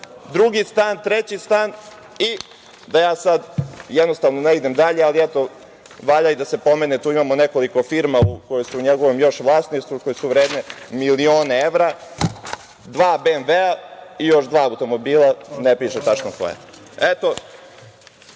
drugi stan, treći stan i da ja sada ne idem dalje, ali valja i da se pomene, tu imamo nekoliko firmi koje su još u njegovom vlasništvu, koje su vredne milione evra. Dva BMV, i još dva automobila, ne piše tačno koja.